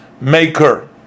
Maker